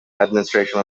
administration